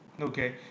Okay